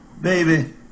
Baby